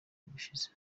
gushize